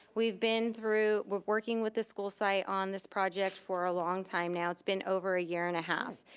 we've been through, we're working with the school site on this project for a long time now. it's been over a year and a half,